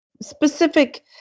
specific